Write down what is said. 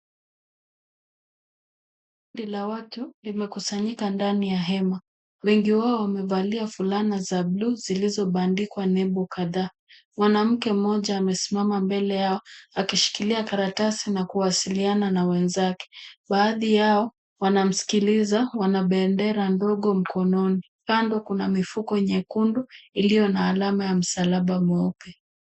Kundi la watu limekusanyika ndani ya hema. Wengi wao wamevalia fulana za bluu, zilizobandikwa nembo kadhaa. Mwanamke mmoja amesimama mbele yao, akishikilia karatasi na kuwasiliana na wenzake. Baadhi yao wanamsikiliza wana bendera ndogo mkononi. Kando kuna mifuko nyekundu iliyo na alama ya msalaba mweupe.